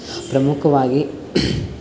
ಪ್ರಮುಖವಾಗಿ